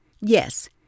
Yes